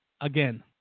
again